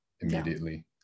immediately